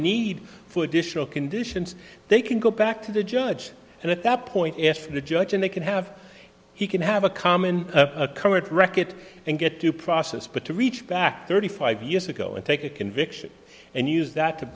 need for additional conditions they can go back to the judge and at that point ask the judge and they can have he can have a common occur at reckitt and get to process but to reach back thirty five years ago and take a conviction and use that to